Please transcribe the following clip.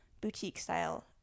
boutique-style